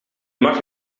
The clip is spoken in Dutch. mag